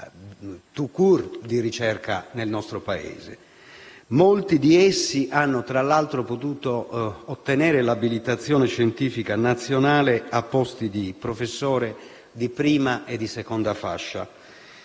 court* di ricerca nel nostro Paese. Molti di essi hanno potuto ottenere, tra l'altro, l'abilitazione scientifica nazionale a posti di professore di prima e di seconda fascia.